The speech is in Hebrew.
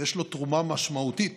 ויש לו תרומה משמעותית